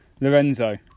Lorenzo